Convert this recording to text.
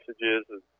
messages